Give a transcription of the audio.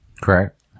Correct